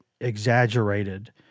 exaggerated